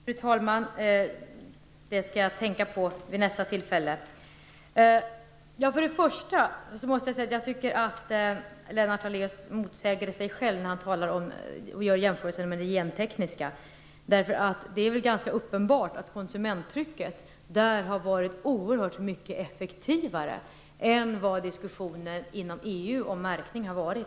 Fru talman! Jag skall tänka på det vid nästa tillfälle. Först och främst tycker jag att Lennart Daléus motsäger sig själv när han jämför med det gentekniska. Det är väl ganska uppenbart att konsumenttrycket har varit oerhört mycket effektivare på det området än vad diskussionen inom EU om märkning har varit.